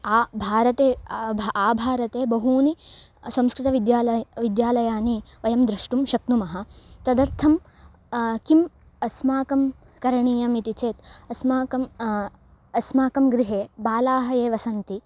आ भारते आ भा आ भारते बहवः संस्कृतविद्यालयान् विद्यालयान् वयं द्रष्टुं शक्नुमः तदर्थं किम् अस्माकं करणीयमिति चेत् अस्माकम् अस्माकं गृहे बालाः एव सन्ति